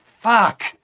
Fuck